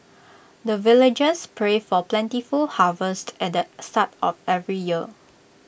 the villagers pray for plentiful harvest at the start of every year